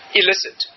illicit